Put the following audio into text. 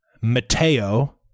Mateo